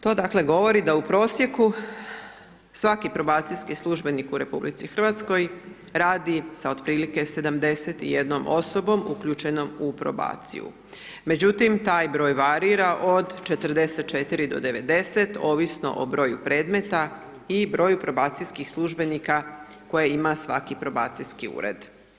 To dakle govori da u prosjeku svaki probacijski službenik u RH radi sa otprilike 71 osobom uključenom u probaciju, međutim taj broj varira od 44 do 90 ovisno o broju predmeta i broju probacijskih službenika koje ima svaki probacijski ured.